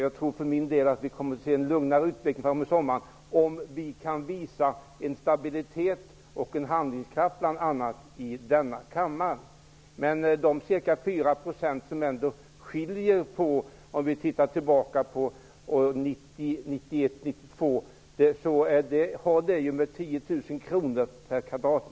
Jag tror för min del att det kommer att bli en lugnare utveckling framåt sommaren om vi bl.a. i denna kammare kan visa en stabilitet och en handlingskraft. Vi kan titta tillbaka på åren 1990--1992. Det skiljer ändå ca 4 %.